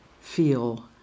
feel